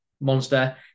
Monster